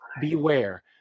beware